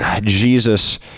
jesus